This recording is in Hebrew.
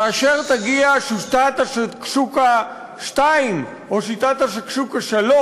כאשר תגיע "שיטת השקשוקה 2" או "שיטת השקשוקה 3"